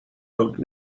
out